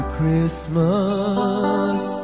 Christmas